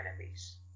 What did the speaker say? enemies